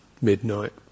midnight